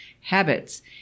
habits